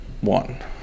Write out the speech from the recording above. One